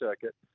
circuit